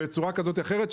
בצורה כזו או אחרת.